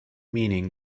meaning